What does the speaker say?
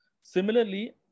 Similarly